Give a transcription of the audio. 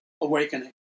awakening